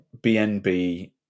BNB